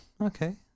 okay